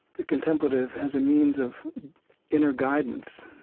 the contemplative as a means of inner guidance,